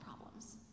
problems